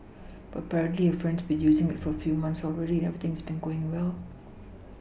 but apparently her friend has been using it for a few months already and everything has been going well